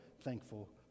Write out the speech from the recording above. thankful